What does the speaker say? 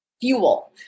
fuel